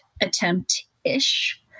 attempt-ish